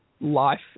life